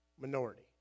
minority